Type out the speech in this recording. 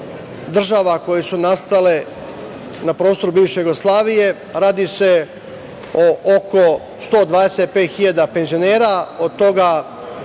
država koje su nastale na prostoru bivše Jugoslavije. Radi se o oko 125.000 penzionera,